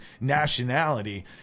nationality